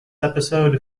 episode